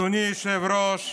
אדוני היושב-ראש,